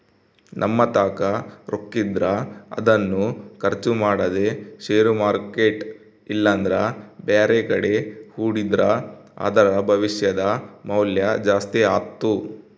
ನಮ್ಮತಾಕ ರೊಕ್ಕಿದ್ರ ಅದನ್ನು ಖರ್ಚು ಮಾಡದೆ ಷೇರು ಮಾರ್ಕೆಟ್ ಇಲ್ಲಂದ್ರ ಬ್ಯಾರೆಕಡೆ ಹೂಡಿದ್ರ ಅದರ ಭವಿಷ್ಯದ ಮೌಲ್ಯ ಜಾಸ್ತಿ ಆತ್ತು